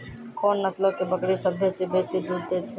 कोन नस्लो के बकरी सभ्भे से बेसी दूध दै छै?